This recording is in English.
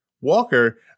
Walker